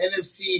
NFC